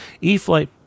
e-flight